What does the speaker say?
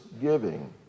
giving